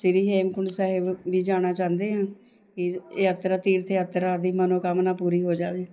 ਸ਼੍ਰੀ ਹੇਮਕੁੰਟ ਸਾਹਿਬ ਵੀ ਜਾਣਾ ਚਾਹੁੰਦੇ ਹਾਂ ਕਿ ਯਾਤਰਾ ਤੀਰਥ ਯਾਤਰਾ ਦੀ ਮਨੋਕਾਮਨਾ ਪੂਰੀ ਹੋ ਜਾਵੇ